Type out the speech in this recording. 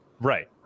Right